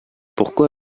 pourquoi